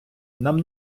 нам